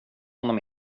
honom